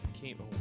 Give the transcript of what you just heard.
came